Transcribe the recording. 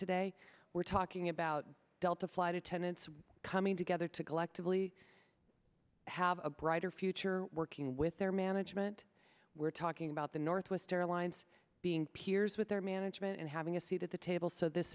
today we're talking about delta flight attendants coming together to collectively have a brighter future working with their management we're talking about the northwest airlines being peers there are management and having a seat at the table so this